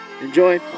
Enjoy